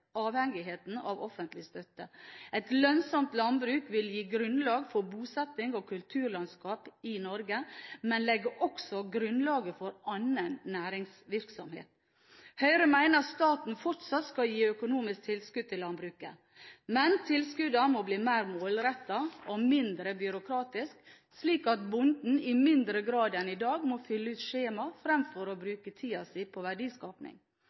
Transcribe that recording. avhengigheten av offentlig støtte. Et lønnsomt landbruk vil gi grunnlag for bosetting og kulturlandskap i Norge, men legger også grunnlaget for annen næringsvirksomhet. Høyre mener staten fortsatt skal gi økonomisk tilskudd til landbruket. Men tilskuddene må bli mer målrettet og mindre byråkratiske, slik at bonden i mindre grad enn i dag må fylle ut skjemaer fremfor å bruke tiden på